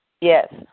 yes